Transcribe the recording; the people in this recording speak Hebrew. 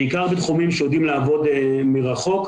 בעיקר בתחומים שיודעים לעבוד מרחוק,